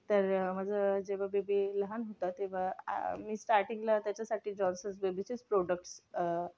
तर माझं जेव्हा बेबी लहान होता तेव्हा मी स्टार्टिंगला त्याच्यासाठी जॉन्सन्स बेबीचेच प्रोडक्ट